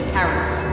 Paris